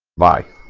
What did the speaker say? by